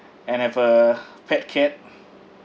and have a pet cat